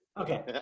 Okay